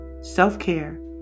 self-care